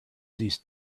these